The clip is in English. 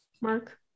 Mark